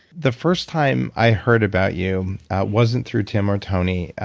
the first time i heard about you wasn't through tim or tony.